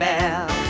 Bell